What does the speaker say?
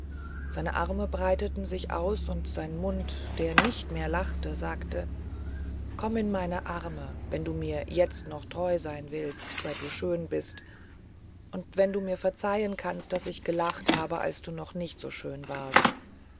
seine arme breiteten sich aus und sein mund der nicht mehr lachte sagte komm in meine arme wenn du mir jetzt noch treu sein willst seit du so schön bist und wenn du mir verzeihen kannst daß ich gelacht habe als du noch nicht so schön warst